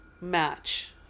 match